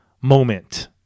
moment